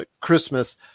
christmas